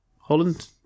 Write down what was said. Holland